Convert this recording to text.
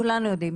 כולנו יודעים,